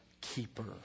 keeper